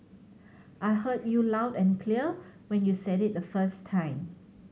I heard you loud and clear when you said it the first time